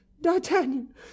D'Artagnan